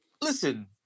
listen